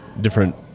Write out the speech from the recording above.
different